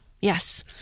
Yes